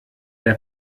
der